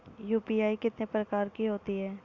UPI कितने प्रकार की होती हैं?